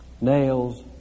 nails